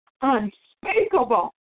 unspeakable